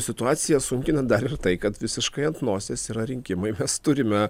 situaciją sunkina dar ir tai kad visiškai ant nosies yra rinkimai mes turime